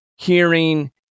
hearing